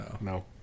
no